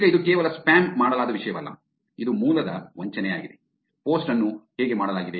ಈಗ ಇದು ಕೇವಲ ಸ್ಪ್ಯಾಮ್ ಮಾಡಲಾದ ವಿಷಯವಲ್ಲ ಇದು ಮೂಲದ ವಂಚನೆಯಾಗಿದೆ ಪೋಸ್ಟ್ ಅನ್ನು ಹೇಗೆ ಮಾಡಲಾಗಿದೆ